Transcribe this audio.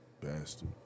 Bastard